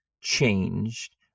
changed